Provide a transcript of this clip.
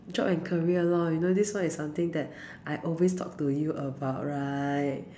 job and career loh you know this one is something that I always talk to you about right